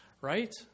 Right